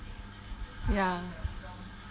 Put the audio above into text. ya